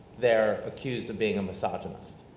they're accused of being a misogynist.